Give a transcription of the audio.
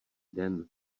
den